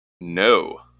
No